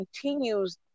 continues